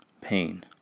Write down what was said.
Pain